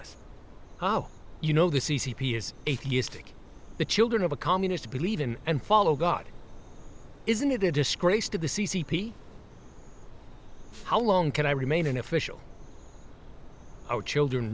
us oh you know the c c p is atheistic the children of a communist believe in and follow god isn't it a disgrace to the c c p how long can i remain an official our children